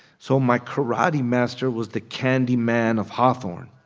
so my karate master was the candyman of hawthorne.